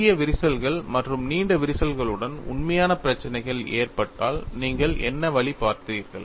குறுகிய விரிசல்கள் மற்றும் நீண்ட விரிசல்களுடன் உண்மையான பிரச்சினைகள் ஏற்பட்டால் நீங்கள் என்ன வழி பார்த்தீர்கள்